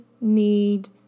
need